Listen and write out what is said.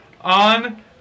on